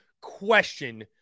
question